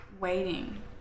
waiting